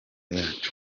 yacu